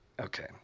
okay